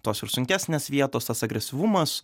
tos ir sunkesnės vietos tas agresyvumas